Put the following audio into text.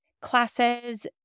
classes